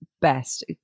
best